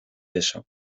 eso